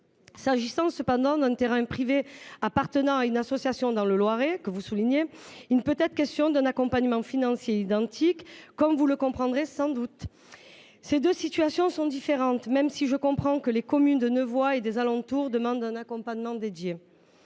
Pour autant, le terrain privé appartenant à une association dans le Loiret ne saurait être l’objet d’un accompagnement financier identique, vous le comprendrez sans doute. Ces deux situations sont différentes, même si j’entends bien que les communes de Nevoy et des alentours demandent un accompagnement dédié.